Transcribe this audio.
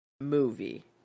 movie